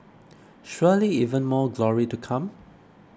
surely even more glory to come